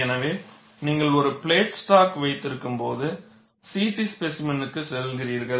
எனவே நீங்கள் ஒரு பிளேட் ஸ்டாக் வைத்திருக்கும்போது CT ஸ்பேசிமென்க்குச் செல்கிறீர்கள்